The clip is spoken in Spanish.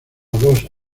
dos